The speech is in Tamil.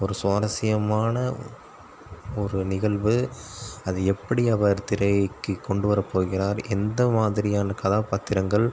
ஒரு சுவாரசியமான ஒரு நிகழ்வு அது எப்படி அவர் திரைக்கு கொண்டு வர போகிறார் எந்த மாதிரியான கதாபாத்திரங்கள்